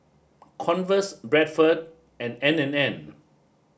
Converse Bradford and N and N